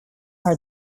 are